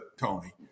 Tony